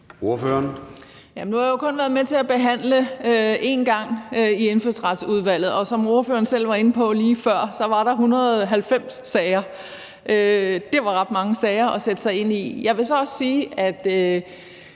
Nu har jeg jo kun været med til at behandle det én gang i Indfødsretsudvalget, og som ordføreren selv var inde på lige før, var der 190 sager. Det var ret mange sager at sætte sig ind i. Jeg vil også sige, at